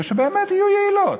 ושבאמת יהיו יעילות.